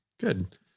good